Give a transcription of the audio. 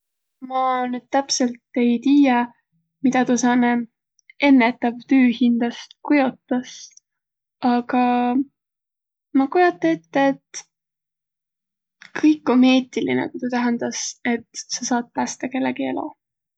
Ma nüüd täpselt ei tiiäq, midä tuu sääne ennetav tüü hindäst kujotas. Aga ma kujota ette, et kõik om eetiline, ku tuu tähendäs, et sa saat pästä kellegi elo.